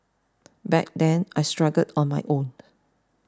back then I struggled on my own